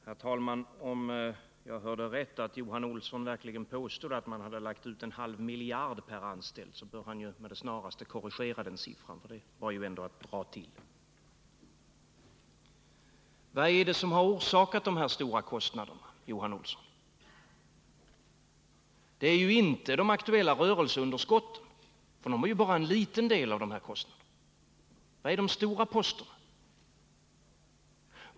Herr talman! Jag undrar om jag hörde rätt. Om Johan Olsson verkligen påstod att man hade lagt ut en halv miljard per anställd, bör han med det snaraste korrigera den siffran, för det var ju att dra till. Vad är det som har orsakat de här stora kostnaderna, Johan Olsson? Det är ju inte de aktuella rörelseunderskotten, för de är bara en liten del av kostnaderna. Vilka är de stora posterna?